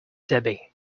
debbie